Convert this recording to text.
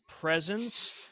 presence